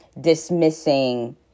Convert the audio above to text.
dismissing